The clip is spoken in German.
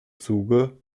zuge